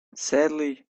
sadly